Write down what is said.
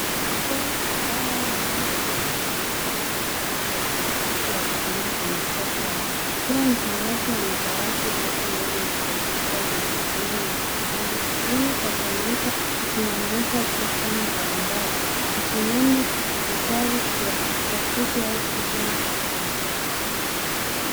Vijana kadhaa walioketi kwenye viti vya buluu vya plastiki wakitumia kompyuta zao. Kila mtumiaji ana dawati lake dogo na kompyuta yenye skrini na kibodi. Skrini za kompyuta zinaonyesha programu mbalimbali ikiwemo vya vivuvinjali vya wahuti au programu za kazi.